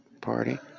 Party